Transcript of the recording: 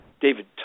David